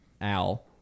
Al